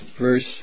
verse